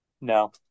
No